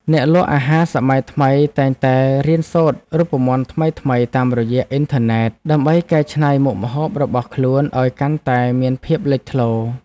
អ្នកលក់អាហារសម័យថ្មីតែងតែរៀនសូត្ររូបមន្តថ្មីៗតាមរយៈអ៊ីនធឺណិត ដើម្បីកែច្នៃមុខម្ហូបរបស់ខ្លួនឱ្យកាន់តែមានភាពលេចធ្លោ។